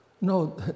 no